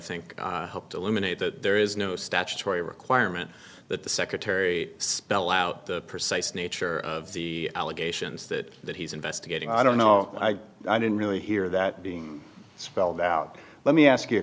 think helped eliminate that there is no statutory requirement that the secretary spell out the precise nature of the allegations that that he's investigating i don't know i didn't really hear that being spelled out let me ask you a